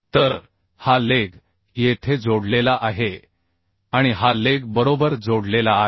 तर हा लेग येथे जोडलेला आहे आणि हा लेग बरोबर जोडलेला आहे